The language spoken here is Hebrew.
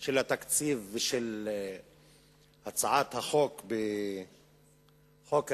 של התקציב ושל הצעת חוק ההסדרים